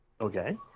Okay